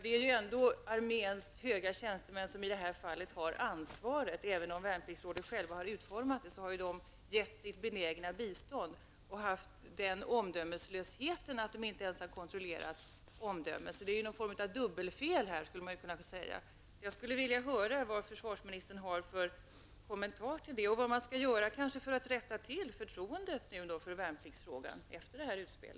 Det är ändå arméns höga tjänstemän som har ansvaret i det här fallet. Även om Värnpliktsrådet självt har utformat annonsen, har de givit sitt benägna bistånd och haft den omdömeslösheten att de inte ens kontrollerat den. Man skulle kunna säga att det här har begåtts någon form av dubbelfel. Jag vill höra vilken kommentar försvarsministern har till detta och vad man skall göra för att rätta till förtroendet för Värnpliktsrådet efter detta utspel.